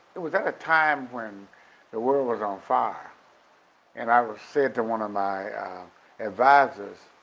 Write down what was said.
it was at a time when the world was on fire and i was, said to one of my advisors,